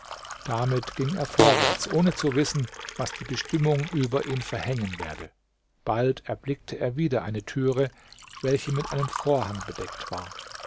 damit ging er vorwärts ohne zu wissen was die bestimmung über ihn verhängen werde bald erblickte er wieder eine türe welche mit einem vorhang bedeckt war